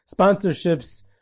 sponsorships